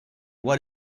what